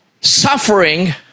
suffering